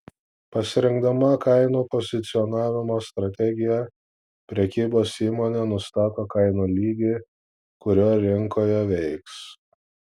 pasirinkdama kainų pozicionavimo strategiją prekybos įmonė nustato kainų lygį kuriuo rinkoje veiks